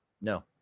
No